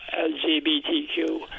LGBTQ